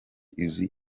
izi